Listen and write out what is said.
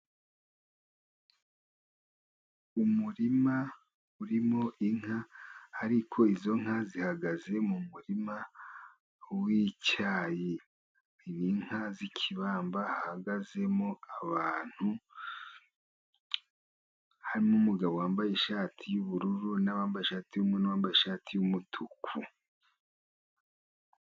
Umurima urimo inka ariko izo nka zihagaze mu murima w'icyayi . Ni inka z'Ikibamba , hahagazemo abantu , harimo umugabo wambaye ishati y'ubururu , n'ambaye ishati y'umweru , n'uwambaye ishati y'umutuku.